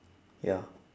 ya